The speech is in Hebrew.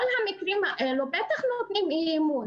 כל המקרים האלו בטח לא נותנים אמון.